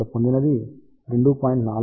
కాబట్టి ఇక్కడ 2